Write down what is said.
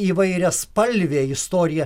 įvairiaspalvė istorija